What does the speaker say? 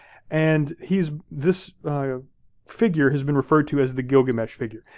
and he's, this figure has been referred to as the gilgamesh figure.